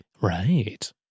Right